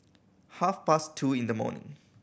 half past two in the morning